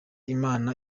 imana